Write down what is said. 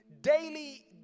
daily